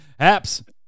Apps